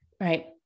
right